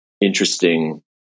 interesting